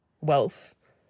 wealth